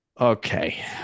Okay